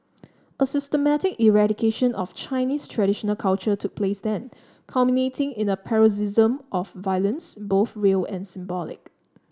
a systematic eradication of Chinese traditional culture took place then culminating in a paroxysm of violence both real and symbolic